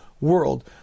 world